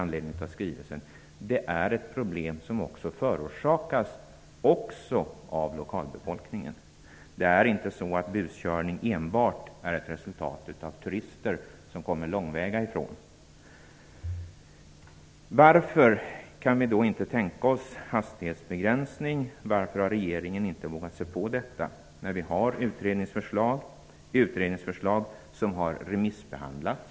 Buskörning är inte enbart ett resultat av turister som kommer långväga ifrån. I det avseendet vänder jag mig mot beskrivningen i flera av motionerna med anledning av skrivelsen. Varför kan man då inte tänka sig en hastighetsbegränsning? Varför har regeringen inte vågat sig på detta? Det finns ju utredningsförslag som har remissbehandlats.